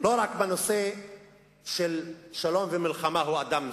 לא רק בנושא של שלום ומלחמה הוא אדם מסוכן.